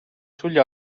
sugli